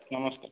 ନମସ୍କାର